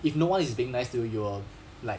if no one is being nice to your like